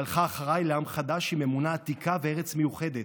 והלכה אחריי לעם חדש עם אמונה עתיקה וארץ מיוחדת.